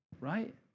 right